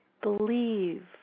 Believe